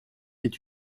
est